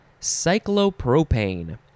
cyclopropane